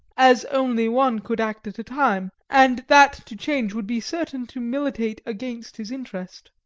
as only one could act at a time, and that to change would be certain to militate against his interest.